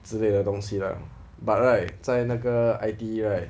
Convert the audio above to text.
之类的东西 lah but right 在那个 I_T_E right